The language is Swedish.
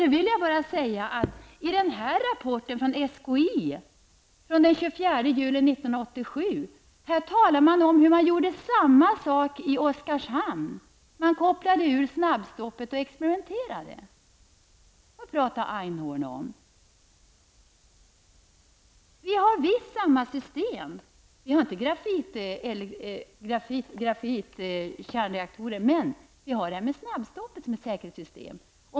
Då vill jag bara nämna att i denna rapport från SKI, daterad den 24 juli 1987, talas det om hur man gjorde samma sak i Oskarshamn. Man kopplade ur snabbstoppet och experimenterade. Vad pratar Einhorn om? Vi har visst samma system. Vi har inte grafitreaktorer, men vi har snabbstoppet som säkerhetssystem.